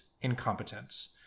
incompetence